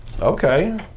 Okay